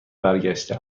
برگشته